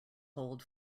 hold